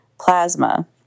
plasma